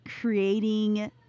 creating